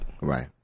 Right